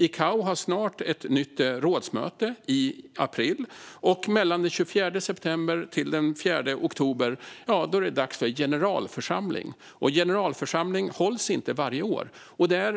I april har ICAO ett nytt rådsmöte, och mellan den 24 september och den 4 oktober är det dags för generalförsamling. Generalförsamling hålls inte varje år, och det är